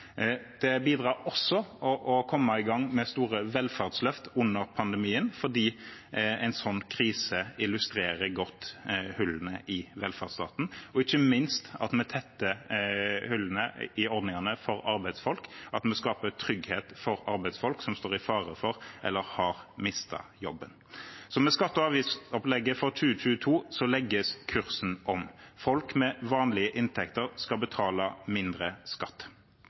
Det bidrar også til å komme i gang med store velferdsløft under pandemien, fordi en sånn krise illustrerer godt hullene i velferdsstaten. Ikke minst tetter vi hullene i ordningene for arbeidsfolk, og vi skaper trygghet for arbeidsfolk som står i fare for å miste eller har mistet jobben. Med skatte- og avgiftsopplegget for 2022 legges kursen om. Folk med vanlige inntekter skal betale mindre skatt.